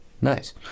Nice